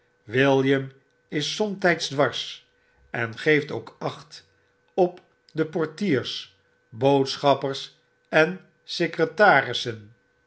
william is somtijds dwars en geeft ook acht op de portiers boodschappers en secretarissen